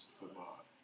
football